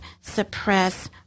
suppress